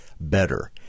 better